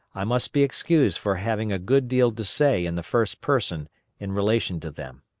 i must be excused for having a good deal to say in the first person in relation to them.